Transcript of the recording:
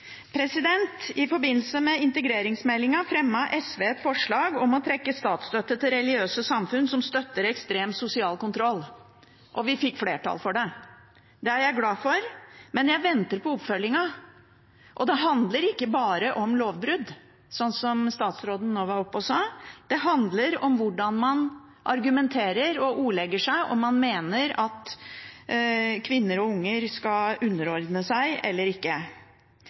I forbindelse med integreringsmeldingen fremmet SV et forslag om å trekke statsstøtten til religiøse samfunn som støtter ekstrem sosial kontroll, og vi fikk flertall for det. Det er jeg glad for, men jeg venter på oppfølgingen. Det handler ikke bare om lovbrudd, sånn som statsråden nå var oppe og sa, det handler om hvordan man argumenterer og ordlegger seg, om man mener at kvinner og unger skal underordne seg eller ikke.